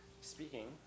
Speaking